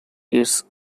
its